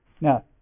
Now